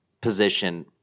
position